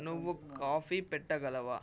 నువ్వు కాఫీ పెట్టగలవా